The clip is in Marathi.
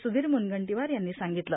स्रधीर म्रनगंटीवार यांनी सांगितलं